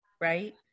right